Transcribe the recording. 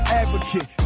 advocate